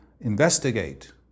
investigate